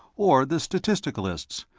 or the statisticalists,